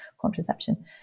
contraception